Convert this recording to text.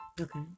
Okay